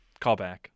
Callback